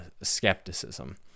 skepticism